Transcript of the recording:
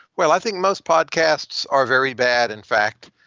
well, i think most podcasts are very bad, in fact,